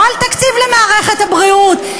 לא על תקציב למערכת הבריאות.